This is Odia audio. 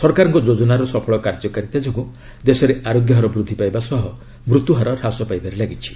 ସରକାରଙ୍କ ଯୋଜନାର ସଫଳ କାର୍ଯ୍ୟକାରିତା ଯୋଗୁଁ ଦେଶରେ ଆରୋଗ୍ୟ ହାର ବୃଦ୍ଧି ପାଇବା ସହ ମୃତ୍ୟୁହାର ହ୍ରାସ ପାଇବାରେ ଲାଗିଛି